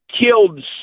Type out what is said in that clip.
killed